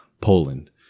poland